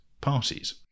parties